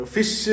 Fish